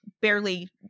barely-